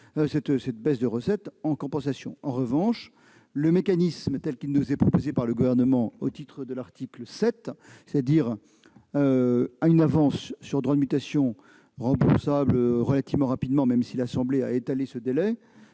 cette baisse de recettes en compensation. En revanche, le mécanisme, tel qu'il nous est proposé par le Gouvernement au travers de l'article 7- une avance sur droits de mutation remboursable relativement rapidement, même si l'Assemblée nationale a étalé ce délai